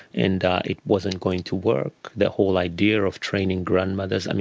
and it wasn't going to work, the whole idea of training grandmothers,